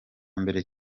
mbere